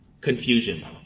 Confusion